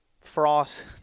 frost